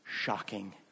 shocking